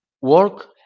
work